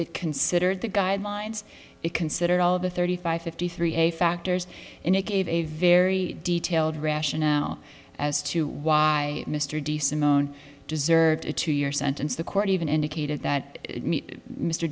it considered the guidelines it considered all of the thirty five fifty three a factors and it gave a very detailed rationale as to why mr de samone deserved a two year sentence the court even indicated that mr